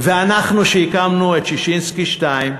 אנחנו הקמנו את ששינסקי 2,